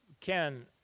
Ken